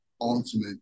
ultimate